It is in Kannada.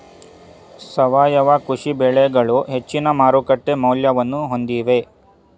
ಸಾವಯವ ಕೃಷಿ ಬೆಳೆಗಳು ಹೆಚ್ಚಿನ ಮಾರುಕಟ್ಟೆ ಮೌಲ್ಯವನ್ನು ಹೊಂದಿವೆ